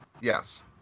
Yes